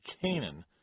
Canaan